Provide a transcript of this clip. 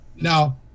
Now